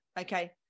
okay